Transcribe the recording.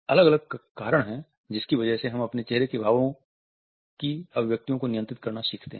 अलग अलग कारण हैं जिनकी वजह से हम अपने चेहरे के भावो की अभिव्यक्तियों को नियंत्रित करना सीखते हैं